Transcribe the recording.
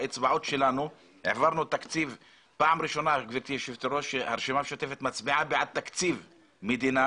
באצבעות שלנו הצבענו פעם ראשונה בעד תקציב מדינה